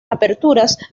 aperturas